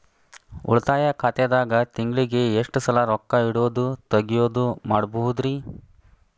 ಉಳಿತಾಯ ಖಾತೆದಾಗ ತಿಂಗಳಿಗೆ ಎಷ್ಟ ಸಲ ರೊಕ್ಕ ಇಡೋದು, ತಗ್ಯೊದು ಮಾಡಬಹುದ್ರಿ?